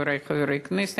חברי חברי הכנסת,